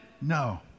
No